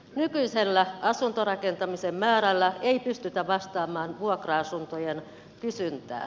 nykyisellä asuntorakentamisen määrällä ei pystytä vastaamaan vuokra asuntojen kysyntään